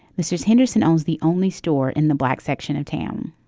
mrs. henderson owns the only store in the black section of town